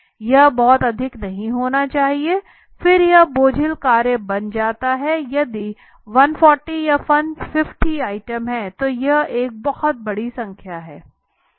यह बहुत अधिक नहीं होना चाहिए फिर यह बोझिल कार्य बन जाता है यदि 140 या 150 आइटम हैं तो यह एक बड़ी संख्या है